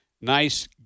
nice